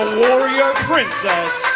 ah warrior princess